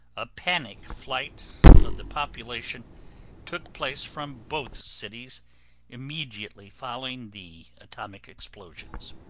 a panic flight of the population took place from both cities immediately following the atomic explosions.